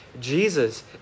jesus